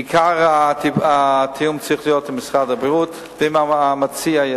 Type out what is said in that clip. עיקר התיאום צריך להיות עם משרד הבריאות.